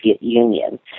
Union